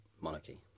monarchy